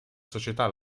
società